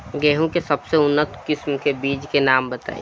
गेहूं के सबसे उन्नत किस्म के बिज के नाम बताई?